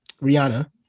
rihanna